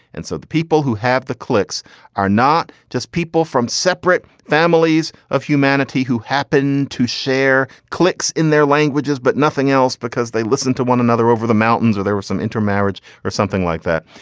and so the people who have the klicks are not just people from separate families of humanity who happen to share klicks in their languages, but nothing else because they listen to one another over the mountains or there were some intermarriage or something like that.